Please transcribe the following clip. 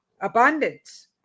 Abundance